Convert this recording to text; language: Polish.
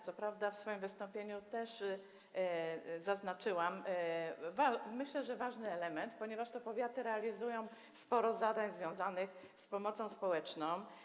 Co prawda w swoim wystąpieniu też zaznaczyłam, myślę, ważny element, ponieważ powiaty realizują sporo zadań związanych z pomocą społeczną.